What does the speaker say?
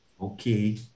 Okay